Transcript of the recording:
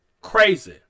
Crazy